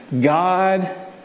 God